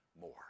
more